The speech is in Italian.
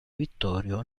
vittorio